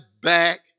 back